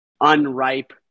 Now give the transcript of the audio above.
unripe